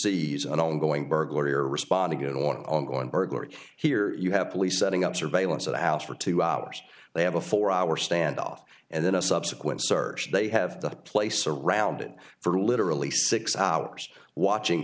an ongoing burglary or responding to an ongoing burglary here you have police setting up surveillance of the house for two hours they have a four hour standoff and then a subsequent search they have the place surrounded for literally six hours watching